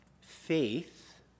faith